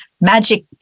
magic